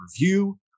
review